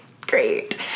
great